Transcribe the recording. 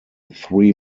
three